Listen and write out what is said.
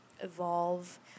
evolve